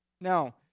Now